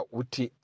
uti